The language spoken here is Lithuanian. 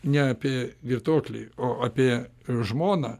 ne apie girtuoklį o apie žmoną